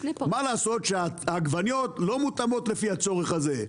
מה לעשות שהעגבניות לא מותאמות לצורך הזה,